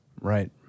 Right